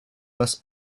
must